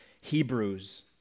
Hebrews